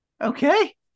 okay